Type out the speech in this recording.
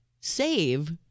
save